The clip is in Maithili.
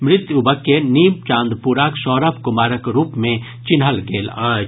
मृत युवक के नीमचांदपुराक सौरभ कुमारक रूप मे चिन्हल गेल अछि